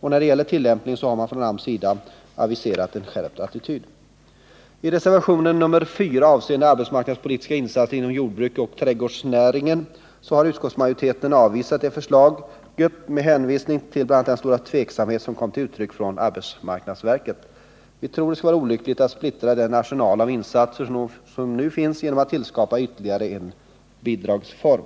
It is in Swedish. När det gäller tillämpningen har man från AMS sida aviserat en skärpt attityd. I fråga om reservationen 4 avseende arbetsmarknadspolitiska insatser inom jordbruket och trädgårdsnäringen har utskottsmajoriteten avvisat det förslaget med hänvisning bl.a. till den stora tveksamhet som kommit till uttryck från arbetsmarknadsverket. Vi tror att det skulle vara olyckligt att splittra den arsenal av insatser som nu finns genom att tillskapa ytterligare en bidragsform.